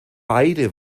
beide